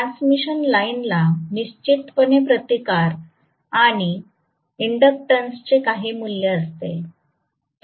transmission लाईनला निश्चितपणे प्रतिकार आणि इंडक्शनन्सचे काही मूल्य असते